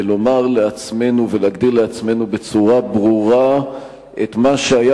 בלומר לעצמנו ולהגדיר לעצמנו בצורה ברורה את מה שהיה